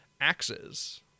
axes